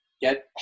get